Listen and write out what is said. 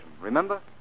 Remember